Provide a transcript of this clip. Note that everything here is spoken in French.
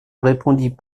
répondit